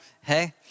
Hey